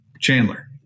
Chandler